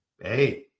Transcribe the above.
Hey